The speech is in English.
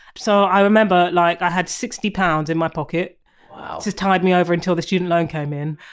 so i remember like i had sixty pounds in my pocket to tide me over until the student loan came in